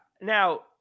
Now